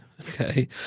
okay